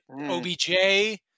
OBJ